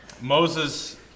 Moses